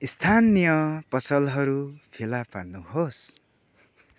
स्थानीय पसलहरू फेला पार्नुहोस्